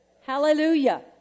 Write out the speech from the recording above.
hallelujah